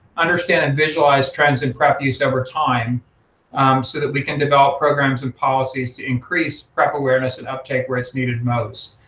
understand and visualize trends in prep use over time so that we can develop programs and policies to increase prep awareness and uptake where it's needed most.